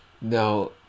Now